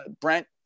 Brent